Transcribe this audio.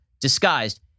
disguised